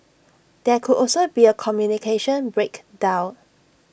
there could also be A communication breakdown